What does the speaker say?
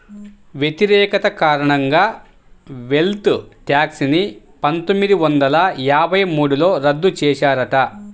వ్యతిరేకత కారణంగా wealth tax ని పందొమ్మిది వందల యాభై మూడులో రద్దు చేశారట